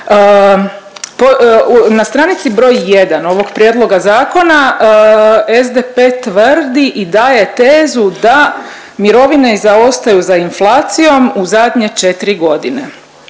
Na stranici br. 1 ovog prijedloga zakona SDP tvrdi i daje tezu da mirovine zaostaju za inflacijom u zadnje 4 godine,